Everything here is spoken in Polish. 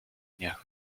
dniach